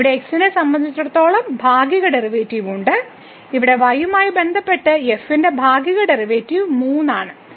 ഇവിടെ x നെ സംബന്ധിച്ചിടത്തോളം ഭാഗിക ഡെറിവേറ്റീവ് ഉണ്ട് ഇവിടെ y യുമായി ബന്ധപ്പെട്ട് f ന്റെ ഭാഗിക ഡെറിവേറ്റീവ് 3 ആണ്